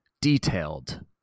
detailed